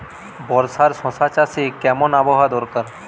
বর্ষার শশা চাষে কেমন আবহাওয়া দরকার?